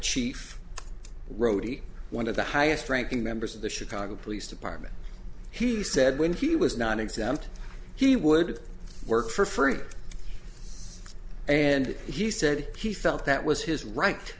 chief wrote one of the highest ranking members of the chicago police department he said when he was not exempt he would work for free and he said he felt that was his right